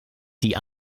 die